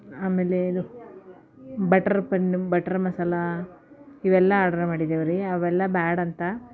ಆಮೇಲೆ ಇದು butter paneer butter ಮಸಾಲೆ ಇವೆಲ್ಲ ಆರ್ಡರ್ ಮಾಡಿದ್ದೇವ್ರಿ ಅವೆಲ್ಲ ಬ್ಯಾಡಂತ